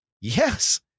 Yes